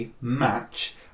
match